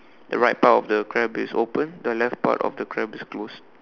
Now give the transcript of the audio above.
the right part of the crab is open the left part of the crab is closed